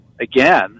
again